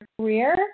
career